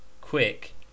Quick